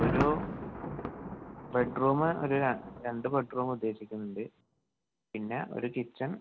ഒരു ബെഡ്റൂമ് ഒരു ര രണ്ട് ബെഡ്റൂമ് ഉദ്ദേശിക്കുന്നുണ്ട് പിന്നെ ഒരു കിച്ചൺ